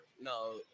No